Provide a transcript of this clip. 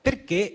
perché